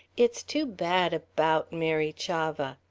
it's too bad about mary chavah.